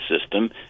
system